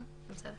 לא.